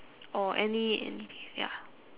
or any~ anything ya